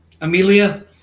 Amelia